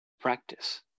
practice